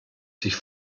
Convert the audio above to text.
sich